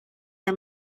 are